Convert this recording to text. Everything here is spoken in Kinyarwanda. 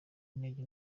intege